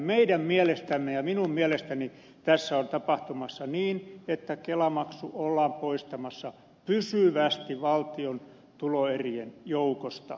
meidän mielestämme ja minun mielestäni tässä on tapahtumassa niin että kelamaksu ollaan poistamassa pysyvästi valtion tuloerien joukosta